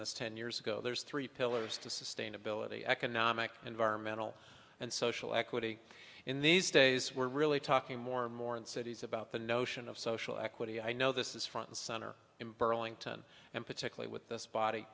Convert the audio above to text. this ten years ago there's three pillars to sustainability economic environmental and social equity in these days we're really talking more and more in cities about the notion of social equity i know this is front and center in burlington and particularly with